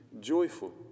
joyful